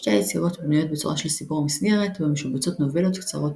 שתי היצירות בנויות בצורה של סיפור מסגרת בו משובצות נובלות קצרות,